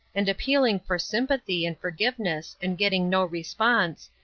and appealing for sympathy and forgiveness and getting no response,